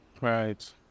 Right